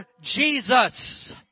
Jesus